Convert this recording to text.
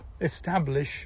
establish